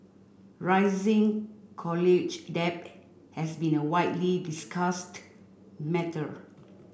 rising college debt has been a widely discussed matter